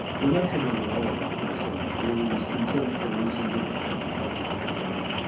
when that's an irrelevant concern. they are really these concerns that are using different technologies at this point.